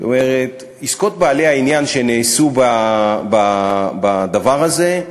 זאת אומרת, עסקות בעלי העניין שנעשו בדבר הזה,